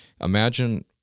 Imagine